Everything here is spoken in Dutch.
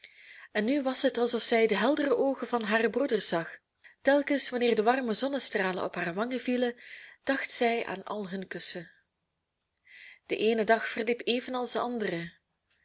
en nu was het alsof zij de heldere oogen van hare broeders zag telkens wanneer de warme zonnestralen op haar wangen vielen dacht zij aan al hun kussen de eene dag verliep evenals de andere